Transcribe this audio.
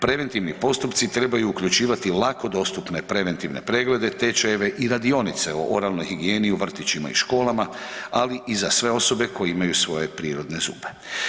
Preventivni postupci trebaju uključivati lako dostupne preventivne preglede, tečajeve i radionice o oralnoj higijeni u vrtićima i školama, ali i za sve osobe koje imaju svoje prirodne zube.